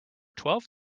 twelve